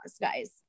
guys